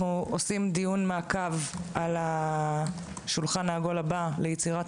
אנחנו דיון מעקב על השולחן העגול הבא ליצירת